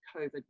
COVID